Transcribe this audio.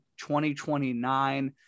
2029